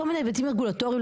כל מיני היבטים רגולטורים,